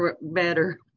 better